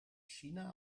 china